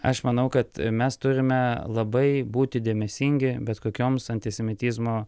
aš manau kad mes turime labai būti dėmesingi bet kokioms antisemitizmo